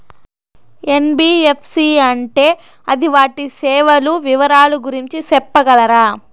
NBFC అంటే అది వాటి సేవలు వివరాలు గురించి సెప్పగలరా?